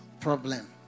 problem